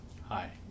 Hi